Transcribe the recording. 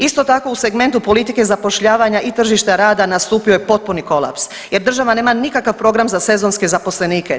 Isto tako u segmentu politike zapošljavanja i tržišta rada nastupio je potpuni kolaps jer država nema nikakav program za sezonske zaposlenike.